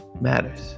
matters